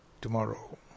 tomorrow